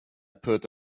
put